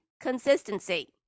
consistency